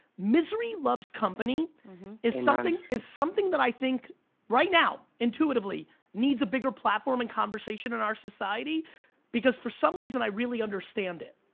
misery loves company is something is something that i think right now intuitively needs a bigger platform in conversation in our society because for some reason i really understand it.